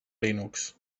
linux